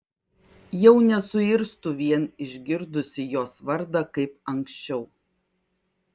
jau nesuirztu vien išgirdusi jos vardą kaip anksčiau